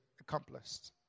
accomplished